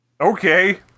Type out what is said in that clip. okay